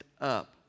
up